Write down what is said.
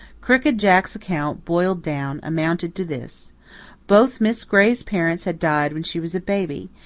crooked jack's account, boiled down, amounted to this both miss gray's parents had died when she was a baby,